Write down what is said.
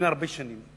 הרבה שנים.